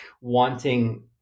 wanting